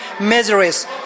miseries